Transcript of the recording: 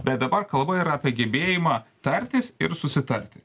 bet dabar kalba yra apie gebėjimą tartis ir susitarti